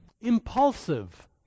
Impulsive